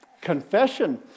Confession